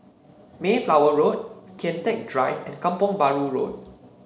Mayflower Road Kian Teck Drive Kampong Bahru Road